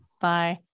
Bye